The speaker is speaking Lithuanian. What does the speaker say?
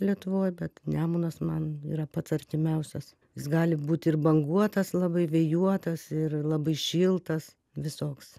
lietuvoj bet nemunas man yra pats artimiausias jis gali būti ir banguotas labai vėjuotas ir labai šiltas visoks